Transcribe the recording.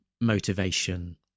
motivation